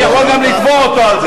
אני יכול גם לתבוע אותו על זה.